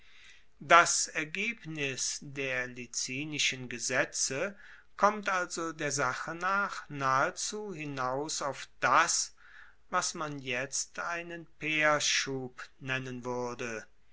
das ergebnis der licinischen gesetze kommt also der sache nach nahezu hinaus auf das was man jetzt einen pairsschub nennen wuerde